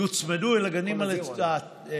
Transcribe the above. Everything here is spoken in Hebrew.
תוצמד אל הגנים הלאומיים,